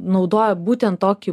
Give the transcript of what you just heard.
naudoja būtent tokį